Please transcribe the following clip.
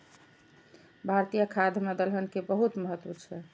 भारतीय खाद्य मे दलहन के बहुत महत्व छै